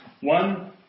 One